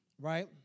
right